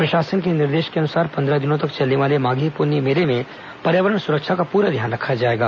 प्रशासन के निर्देश के अनुसार पंद्रह दिनों तक चलने वाले माधी पुन्नी मेले में पर्यावरण सुरक्षा का पूरा ध्यान रखा जाएगा